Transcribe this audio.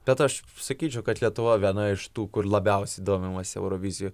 bet aš sakyčiau kad lietuva viena iš tų kur labiausiai domimasi eurovizija